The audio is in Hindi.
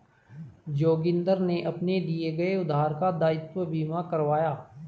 जोगिंदर ने अपने दिए गए उधार का दायित्व बीमा करवाया